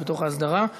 בתוך ההסדרה היא